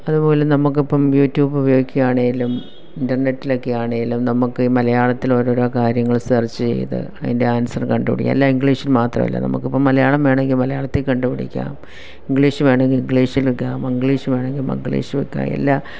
അതുപോലെ നമുക്ക് ഇപ്പം യുട്യൂബ് ഉപയോഗിക്കുകയാണേലും ഇൻ്റർനെറ്റിലൊക്കെയാണേലും നമുക്ക് മലയാളത്തില് ഓരോരോ കാര്യങ്ങൾ സെർച്ച് ചെയ്ത് അതിൻ്റെ ആൻസറ് കണ്ടുപിടിക്കാം എല്ലാം ഇംഗ്ലീഷിൽ മാത്രമല്ല നമുക്കിപ്പം മലയാളം വേണമെങ്കിൽ മലയാളത്തിൽ കണ്ടുപിടിക്കാം ഇംഗ്ലീഷ് വേണമെങ്കിൽ ഇംഗ്ലീഷ് എടുക്കാം മംഗ്ലീഷ് വേണമെങ്കിൽ മംഗ്ലീഷ് വെക്കാം ഒക്കെ എല്ലാം